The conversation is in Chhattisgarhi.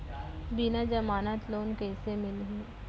बिना जमानत लोन कइसे मिलही?